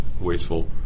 wasteful